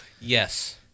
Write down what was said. Yes